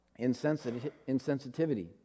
Insensitivity